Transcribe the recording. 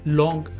long